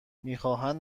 میخواهند